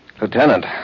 Lieutenant